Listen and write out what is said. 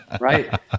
Right